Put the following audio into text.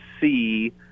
see